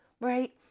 Right